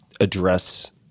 address